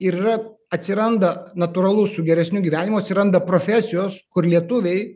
ir yra atsiranda natūralu su geresniu gyvenimu atsiranda profesijos kur lietuviai